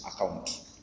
account